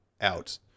out